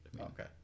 Okay